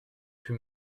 plus